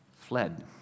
fled